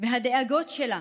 והדאגות שלה